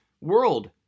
world